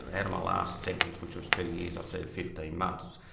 of and my last sentence which was two years, i served fifteen months,